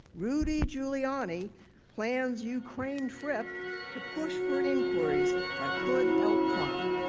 rudy giuliani plans ukraine trip to push for inquiry that could help trump.